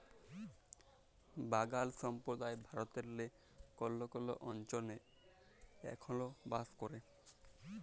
বাগাল সম্প্রদায় ভারতেল্লে কল্হ কল্হ অলচলে এখল বাস ক্যরে